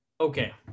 Okay